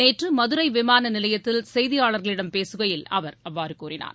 நேற்று மதுரை விமான நிலையத்தில் செய்தியாளர்களிடம் பேசுகையில் அவர் இவ்வாறு கூறினார்